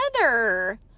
weather